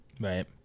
Right